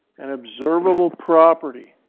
an observable property.